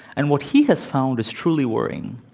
and what he has found is truly worrying.